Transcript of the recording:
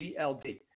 GLD